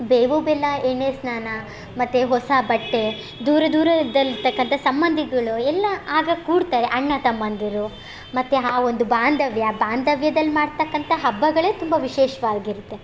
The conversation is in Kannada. ಬೇವು ಬೆಲ್ಲ ಎಣ್ಣೆ ಸ್ನಾನ ಮತ್ತು ಹೊಸ ಬಟ್ಟೆ ದೂರ ದೂರದಲ್ಲಿ ಇರ್ತಕ್ಕಂಥ ಸಂಬಂಧಿಗಳು ಎಲ್ಲ ಆಗ ಕೂಡ್ತಾರೆ ಅಣ್ಣ ತಮ್ಮಂದಿರು ಮತ್ತು ಆ ಒಂದು ಬಾಂಧವ್ಯ ಬಾಂಧವ್ಯದಲ್ಲಿ ಮಾಡ್ತಕ್ಕಂಥ ಹಬ್ಬಗಳೇ ತುಂಬ ವಿಶೇಷವಾಗಿರುತ್ತೆ